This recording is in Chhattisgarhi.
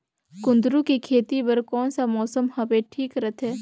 कुंदूरु के खेती बर कौन सा मौसम हवे ठीक रथे?